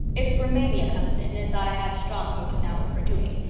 if rumania comes in, as i have strong hopes now of her doing,